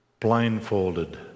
blindfolded